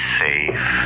safe